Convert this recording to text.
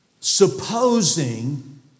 supposing